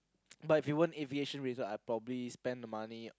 but if you want aviation Razar I probably spend the money